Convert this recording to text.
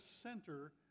center